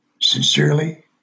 Sincerely